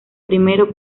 primero